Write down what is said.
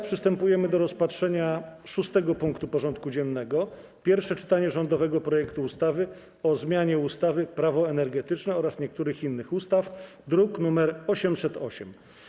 Przystępujemy do rozpatrzenia punktu 6. porządku dziennego: Pierwsze czytanie rządowego projektu ustawy o zmianie ustawy - Prawo energetyczne oraz niektórych innych ustaw (druk nr 808)